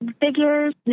Figures